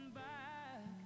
back